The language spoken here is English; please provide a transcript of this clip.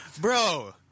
Bro